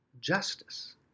justice